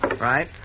Right